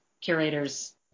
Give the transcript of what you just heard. curators